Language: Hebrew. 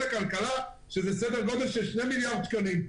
הכלכלה שזה סדר גודל של 2 מיליארד שקלים,